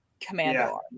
commando